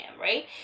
right